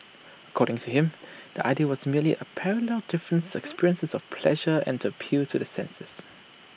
according to him the idea was merely parallel different experiences of pleasure and appeal to the senses